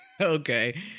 Okay